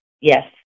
Yes